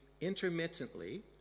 intermittently